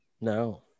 No